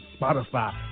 Spotify